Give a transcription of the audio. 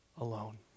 alone